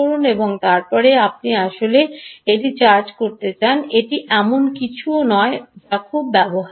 এবং তারপরে আপনি আসলে এটি চার্জ করতে চান এটি এমন কিছুও নয় যা খুব ব্যবহারিক